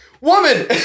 Woman